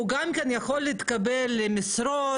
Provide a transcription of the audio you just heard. הוא גם כן יכול להתקבל למשרות